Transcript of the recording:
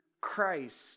Christ